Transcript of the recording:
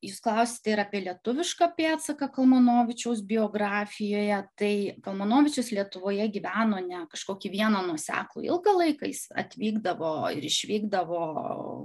jūs klausėte ir apie lietuvišką pėdsaką kalmanovičiaus biografijoje tai kalmanovičius lietuvoje gyveno ne kažkokį vieną nuoseklų ilgą laiką jis atvykdavo ir išvykdavo